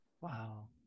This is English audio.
Wow